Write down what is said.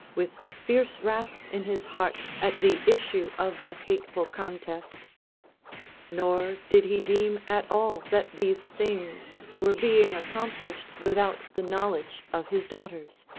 with fierce wrath in his heart at the issue of the hateful contest nor did he deem at all that these things were being accomplished without the knowledge of his daughters.